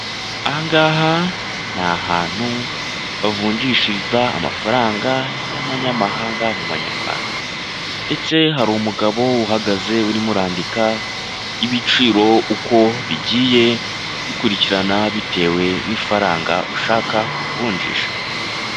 Aha ngaha ni ahantu bavunjishiriza amafaranga y'amanyamahanga mu manyarwanda ndetse hari umugabo uhagaze urimo urandika ibiciro uko bigiye bikurikirana bitewe n'ifaranga ushaka kuvunjisha.